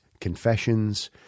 confessions